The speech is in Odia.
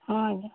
ହଁ ଆଜ୍ଞା